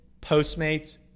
Postmates